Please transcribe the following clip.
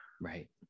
Right